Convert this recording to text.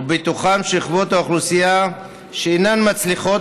ובתוכן שכבות האוכלוסייה שאינן מצליחות